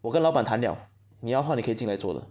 我跟老板谈了你要的话可以进来做的